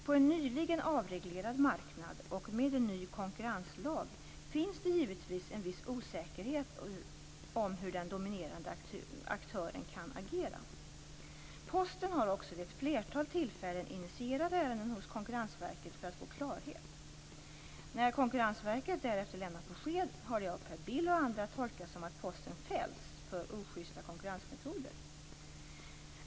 På en nyligen avreglerad marknad och med en ny konkurrenslag finns det givetvis en viss osäkerhet om hur den dominerande aktören kan agera. Posten har också vid ett flertal tillfällen initierat ärenden hos Konkurrensverket för att få klarhet. När Konkurrensverket därefter lämnat besked har det av Per Bill och andra tolkats som att Posten "fällts för ojusta konkurrensmetoder".